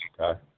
okay